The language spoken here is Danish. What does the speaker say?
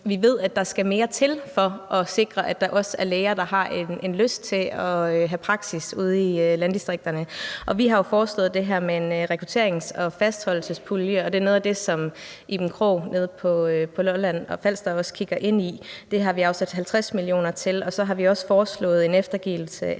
Vi ved, at der skal mere til for at sikre, at der også er læger, der har lyst til at have praksis ude i landdistrikterne, og vi har jo foreslået det her med en rekrutterings- og fastholdelsespulje, og det er også noget af det, som Iben Krog nede på Lolland-Falster kigger ind i. Den har vi afsat 50 mio. kr. til, og så har vi også foreslået en eftergivelse af